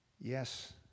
Yes